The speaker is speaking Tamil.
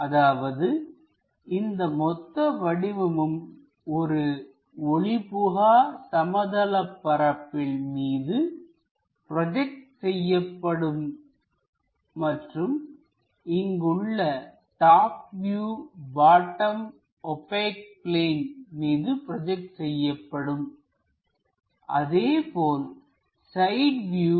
அதாவதுஇந்த மொத்த வடிவமும் ஒரு ஒளி புகா சமதளப்பரப்பில் மீது ப்ரோஜெக்ட் செய்யப்படும் மற்றும் இங்கு உள்ள top view bottom opaque plane மீது ப்ரோஜெக்ட் செய்யப்படும் அதேபோல் சைட் வியூ